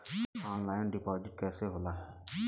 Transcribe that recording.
Online deposit कैसे होला?